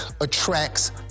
attracts